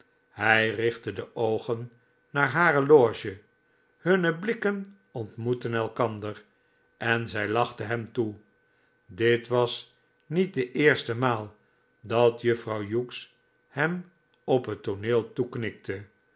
hij richtte de oogen naar hare loge hunne blikken ontmoetten elkander en zij lachte hem toe dit was niet de eerste maal dat juffrouw hughes hem op het tooneel toeknikte